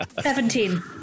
Seventeen